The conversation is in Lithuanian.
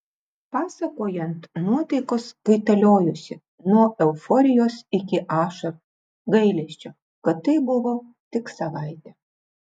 pasakojant nuotaikos kaitaliojosi nuo euforijos iki ašarų gailesčio kad tai buvo tik savaitė